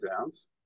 Downs